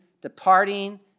departing